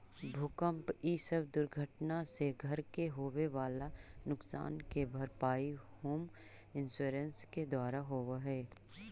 भूकंप इ सब दुर्घटना से घर के होवे वाला नुकसान के भरपाई होम इंश्योरेंस के द्वारा होवऽ हई